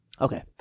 Okay